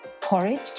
Porridge